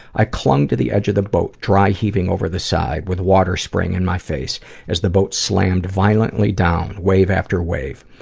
i clung to the end of the boat, dry heaving over the side with water spraying in my face as the boat slammed violently down wave after wave.